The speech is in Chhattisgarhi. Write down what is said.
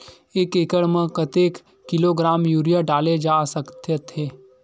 एक एकड़ म कतेक किलोग्राम यूरिया डाले जा सकत हे?